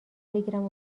بگیرم